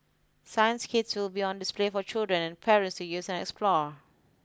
science kits will be on display for children and parents to use and explore